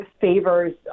favors